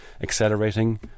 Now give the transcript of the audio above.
accelerating